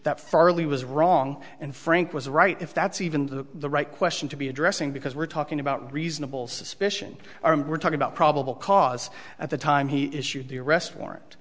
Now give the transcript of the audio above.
that farley was wrong and frank was right if that's even the right question to be addressing because we're talking about reasonable suspicion we're talking about probable cause at the time he issued the arrest warrant